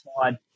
side